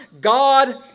God